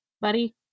buddy